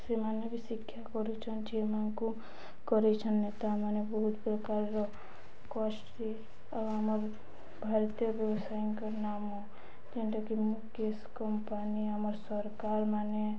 ସେମାନେ ବି ଶିକ୍ଷା କରୁଛନ୍ ଝିଅମାନଙ୍କୁ କରାଇଛନ୍ ନେତାମାନେ ବହୁତ ପ୍ରକାରର କଷ୍ଟ ଆଉ ଆମର ଭାରତୀୟ ବ୍ୟବସାୟୀଙ୍କର ନାମ ଯେନ୍ଟାକି ମୁକେଶ କମ୍ପାନୀ ଆମର ସରକାରମାନେ